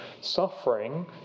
Suffering